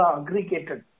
aggregated